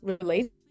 relate